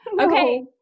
Okay